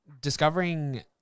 discovering